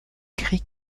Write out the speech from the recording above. gris